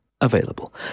available